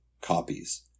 copies